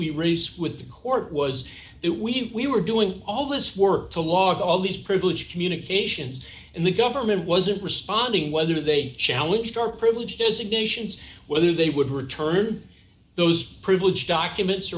we race with the court was that we were doing all this work to log all these privileged communications and the government wasn't responding whether they challenged our privileged designations whether they would return those privileged documents